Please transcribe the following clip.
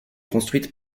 construites